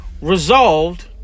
resolved